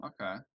Okay